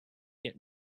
get